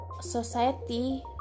society